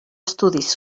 estudis